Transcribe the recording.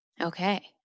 Okay